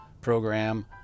program